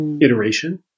iteration